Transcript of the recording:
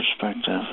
perspective